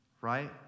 right